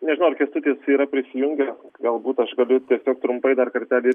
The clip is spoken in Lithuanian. nežinau ar kęstutis yra prisijungęs galbūt aš galiu tiesiog trumpai dar kartelį